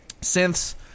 synths